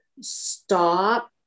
stop